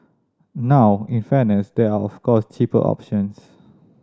now in fairness there are of course cheaper options